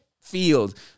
field